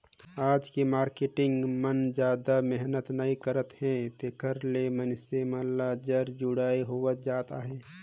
आज के मारकेटिंग मन जादा मेहनत नइ करत हे तेकरे ले मइनसे मन ल जर जुड़ई होवत जात अहे